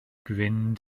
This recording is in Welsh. gryn